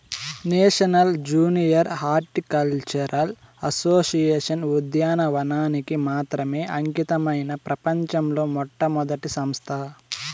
national junior horticultural association ఉద్యానవనానికి మాత్రమే అంకితమైన ప్రపంచంలో మొట్టమొదటి సంస్థ